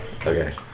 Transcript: Okay